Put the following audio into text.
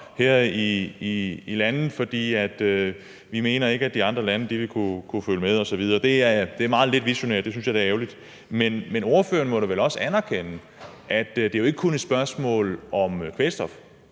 her i landet, fordi vi ikke mener, at de andre lande vil kunne følge med osv. Det er meget lidt visionært; det synes jeg da er ærgerligt. Men ordføreren må da også anerkende, at det ikke kun er et spørgsmål om kvælstof.